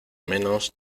menos